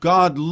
God